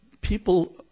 People